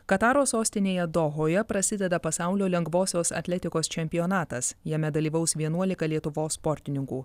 kataro sostinėje dohoje prasideda pasaulio lengvosios atletikos čempionatas jame dalyvaus vienuolika lietuvos sportininkų